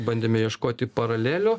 bandėme ieškoti paralelių